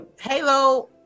Halo